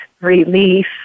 relief